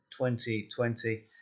2020